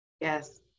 yes